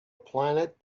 planet